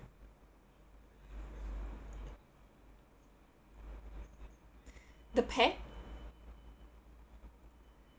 the pet